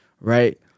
right